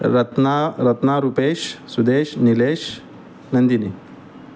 Ratna Ratna Rupesh Sudesh Nilesh Nandini